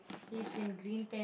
he is in green pant